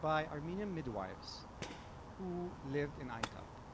by armenia midwives who lived in aintab,